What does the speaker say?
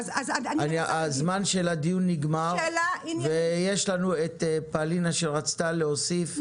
הזמן של הדיון נגמר ויש לנו את פאלינה שרצתה להוסיף,